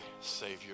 savior